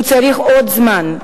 הוא צריך עוד זמן,